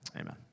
amen